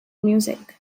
music